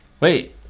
Wait